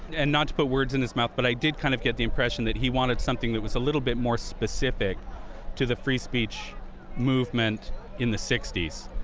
and not to put words in his mouth but i did kind of get the impression that he wanted something that was little more specific to the free speech movement in the sixty s.